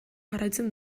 jarraitzen